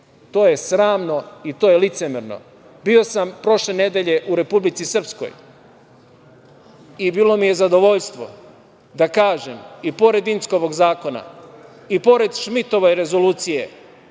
to je sramno i to je licemerno. Bio sam prošle nedelje u Republici Srpskoj i bilo mi je zadovoljstvo da kažem, pored Inckovog zakona i pored Šmitove rezolucije,